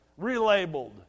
relabeled